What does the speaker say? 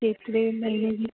केतिरे में मिली वेंदो